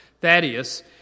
Thaddeus